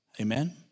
Amen